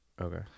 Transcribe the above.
Okay